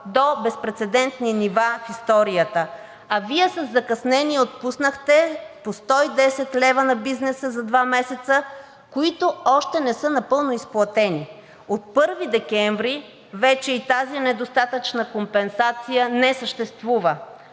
до безпрецедентни нива в историята, а Вие със закъснение отпуснахте по 110 лв. на бизнеса за два месеца, които още не са напълно изплатени. От 1 декември вече и тази недостатъчна компенсация не съществува.